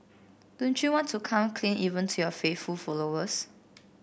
don't you want to come clean even to your faithful followers